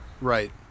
Right